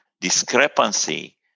discrepancy